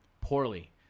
poorly